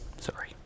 sorry